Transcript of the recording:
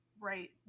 right